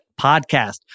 podcast